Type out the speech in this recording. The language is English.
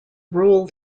roll